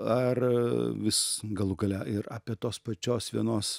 ar vis galų gale ir apie tos pačios vienos